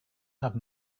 have